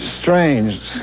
strange